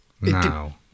Now